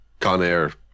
Conair